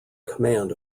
command